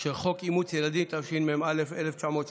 של חוק אימוץ ילדים, התשמ"א 1981,